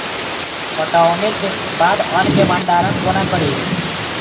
कटौनीक बाद अन्न केँ भंडारण कोना करी?